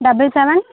double seven